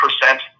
percent